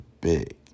big